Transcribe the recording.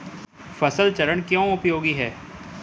फसल चरण क्यों उपयोगी है?